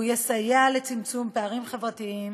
שיסייע לצמצום פערים חברתיים